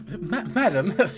madam